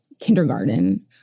kindergarten